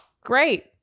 Great